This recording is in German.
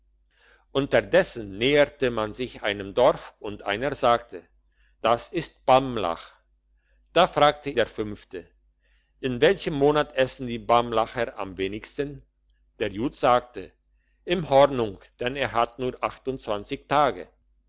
unterdessen näherte man sich einem dorf und einer sagte das ist bamlach da fragte der fünfte in welchem monat essen die bamlacher am wenigsten der jud sagte im hornung denn der hat nur tage